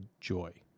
joy